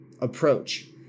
approach